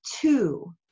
two